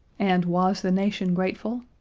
and was the nation grateful?